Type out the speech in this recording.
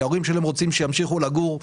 כי ההורים שלהם רוצים שימשיכו לגור.